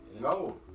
No